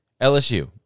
LSU